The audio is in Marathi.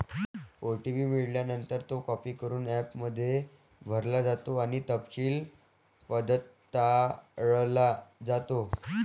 ओ.टी.पी मिळाल्यानंतर, तो कॉपी करून ॲपमध्ये भरला जातो आणि तपशील पडताळला जातो